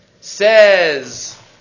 says